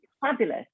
fabulous